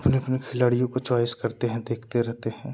अपने अपने खिलाड़ियों का चॉइस करते हैं देखते रहते हैं